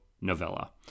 novella